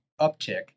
uptick